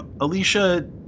alicia